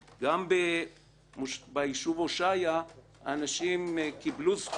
גם בישוב הושעיה אנשים קיבלו זכויות